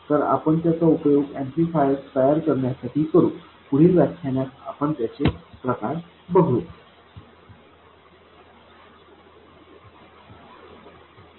तर आपण त्याचा उपयोग एम्पलीफायर्स तयार करण्यासाठी करू पुढील व्याख्यानात आपण त्याचे प्रकार बघूया